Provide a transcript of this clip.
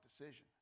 decision